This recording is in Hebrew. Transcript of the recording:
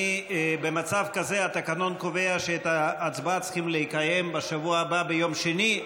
במצב כזה התקנון קובע שאת ההצבעה צריכים לקיים בשבוע הבא ביום שני,